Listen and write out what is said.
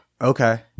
Okay